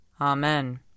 Amen